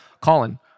Colin